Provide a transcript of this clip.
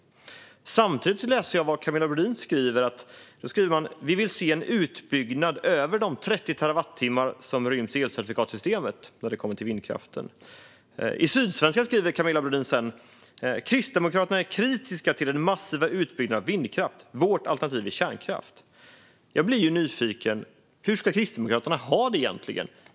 Men Camilla Brodin har skrivit: Vi vill se en utbyggnad över de 30 terawattimmar som ryms i elcertifikatssystemet när det kommer till vindkraften. I Sydsvenskan skriver dock Camilla Brodin: "Kristdemokraterna är kritiska till den massiva utbyggnaden av vindkraft. Vårt alternativ är kärnkraft." Jag blir nyfiken. Hur ska Kristdemokraterna ha det egentligen?